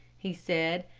he said.